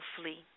flee